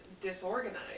disorganized